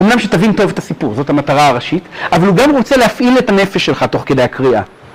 אמנם שתבין טוב את הסיפור, זאת המטרה הראשית, אבל הוא גם רוצה להפעיל את הנפש שלך תוך כדי הקריאה.